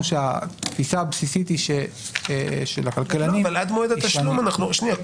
שהתפיסה הבסיסית של הכלכלנים היא ש --- שנייה,